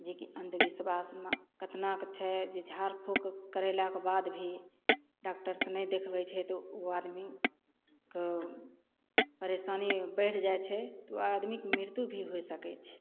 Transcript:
जे कि अन्धविश्वासमे कतनाके छै जे झाड़ फूक करलाके बाद भी डॉक्टरसँ नहि देखबय छै तऽ उ आदमीके परेशानी बढ़ि जाइ छै तऽ ओइ आदमीके मृत्यु भी होइ सकय छै